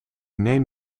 neem